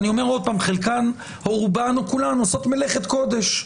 שוב, חלקן, רובן או כולן עושות מלאכת קודש.